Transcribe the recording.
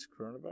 coronavirus